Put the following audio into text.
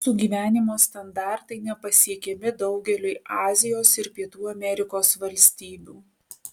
mūsų gyvenimo standartai nepasiekiami daugeliui azijos ir pietų amerikos valstybių